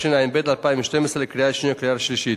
התשע"ב 2012, לקריאה שנייה ולקריאה שלישית.